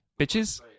bitches